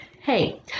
Hey